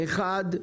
אחד,